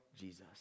Jesus